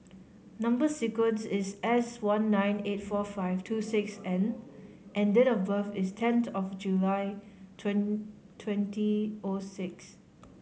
number sequence is S one nine eight four five two six N and date of birth is tenth of July twenty O six